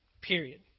Period